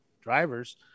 drivers